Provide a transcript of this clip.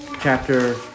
chapter